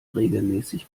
regelmäßig